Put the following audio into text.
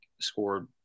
scored